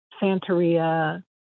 Santeria